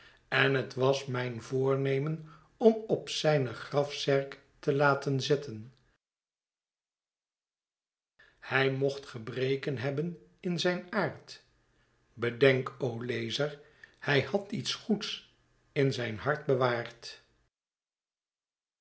en het was mijn voornemen om op zijne grafzerk te laten zetten hij mocht gebreken hebben in zijn aard bedenlc o lezor hij had ieta goeds in zijn hart bewaard